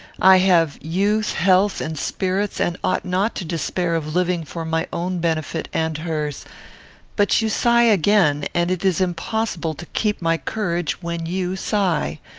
i have youth, health, and spirits, and ought not to despair of living for my own benefit and hers but you sigh again, and it is impossible to keep my courage when you sigh.